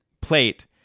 plate